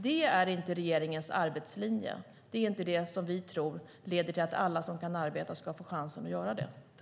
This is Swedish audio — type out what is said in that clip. Det är inte regeringens arbetslinje. Det är inte det som vi tror leder till att alla som kan arbeta ska få chansen att göra det.